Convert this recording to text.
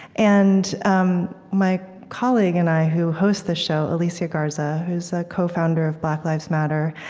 and um my colleague and i, who host the show, alicia garza, who's a cofounder of black lives matter,